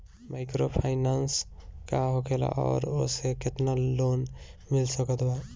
Microfinance का होखेला और ओसे केतना लोन मिल सकत बा?